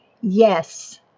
Yes